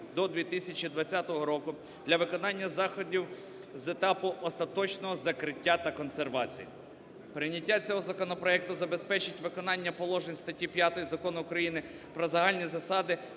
до 2020 року для виконання заходів з етапу остаточного закриття та консервації. Прийняття цього законопроекту забезпечить виконання положень статті 5 Закону України "Про загальні засади